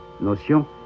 notion